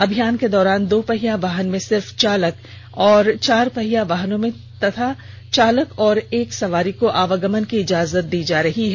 अभियान के दौरान दो पहिया वाहन में सिर्फ चालक एवम चार पहिया वाहनों में चालक और एक सवारी को आवागमन की इजाजत दी जा रही है